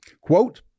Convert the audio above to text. Quote